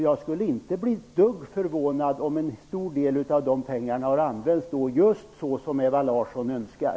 Jag skulle inte bli det minsta förvånad, om det då visar sig att en stor del av pengarna har använts just så som Ewa Larsson önskar.